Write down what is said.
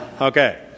Okay